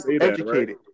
educated